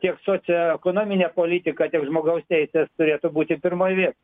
tiek socioekonominė politika tiek žmogaus teisės turėtų būti pirmoj vietoj